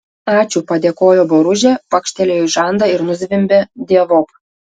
ačiū padėkojo boružė pakštelėjo į žandą ir nuzvimbė dievop